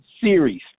series